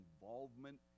involvement